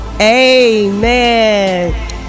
Amen